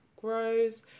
Grows